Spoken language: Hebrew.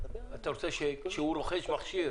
אתה רוצה, כשהוא רוכש מכשיר